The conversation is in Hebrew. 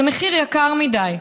זה מחיר יקר מדי,